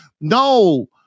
No